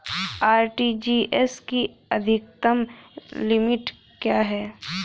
RTGS की अधिकतम limit क्या है?